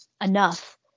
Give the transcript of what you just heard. enough